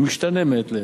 אילן, הוא משתנה מעת לעת.